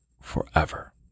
forever